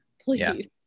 please